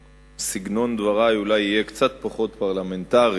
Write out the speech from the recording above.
שסגנון דברי אולי יהיה קצת פחות פרלמנטרי,